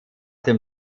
dem